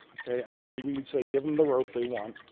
ok? actually, we would say give them the rope they want.